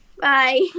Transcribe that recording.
bye